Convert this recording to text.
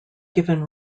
given